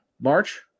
March